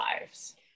lives